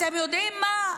אתם יודעים מה?